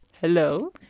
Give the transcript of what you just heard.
Hello